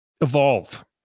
evolve